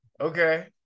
Okay